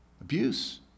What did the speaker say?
Abuse